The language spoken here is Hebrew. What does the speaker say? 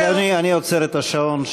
אדוני, אני עוצר את השעון.